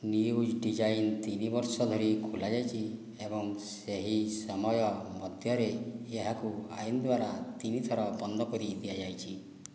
news divine ତିନିବର୍ଷ ଧରି ଖୋଲାଯାଇଛି ଏବଂ ସେହି ସମୟ ମଧ୍ୟରେ ଏହାକୁ ଆଇନ ଦ୍ୱାରା ତିନିଥର ବନ୍ଦ କରି ଦିଆଯାଇଛି